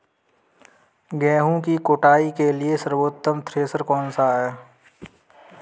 गेहूँ की कुटाई के लिए सर्वोत्तम थ्रेसर कौनसा है?